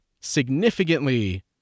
significantly